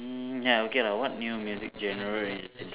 mm ya okay lah what new music general are you listening